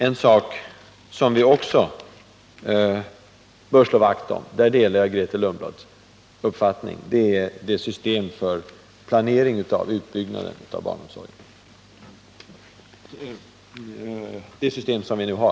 En sak som vi också bör slå vakt om — därvidlag delar jag Grethe Lundblads uppfattning — är det system för planering av utbyggnaden av barnomsorgen som vi nu har.